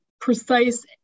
precise